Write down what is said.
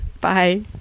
Bye